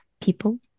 people